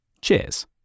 Cheers